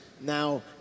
now